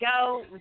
go